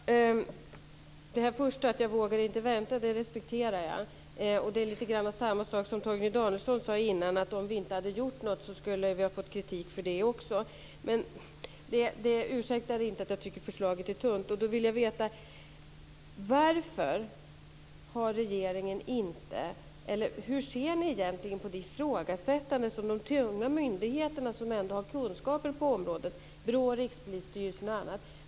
Fru talman! Det första som statsrådet sade om att hon inte vågar vänta respekterar jag. Det är lite grann samma sak som Torgny Danielsson sade tidigare: Om vi inte hade gjort något så skulle vi ha fått kritik för det också. Men det ursäktar inte att jag tycker att förslaget är tunt. Jag vill veta hur regeringen egentligen ser på ifrågasättandet från de tunga myndigheter som ändå har kunskaper på området, BRÅ, Rikspolisstyrelsen och andra?